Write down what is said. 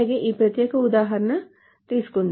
ఈ ప్రత్యేక ఉదాహరణను తీసుకుందాం